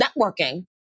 networking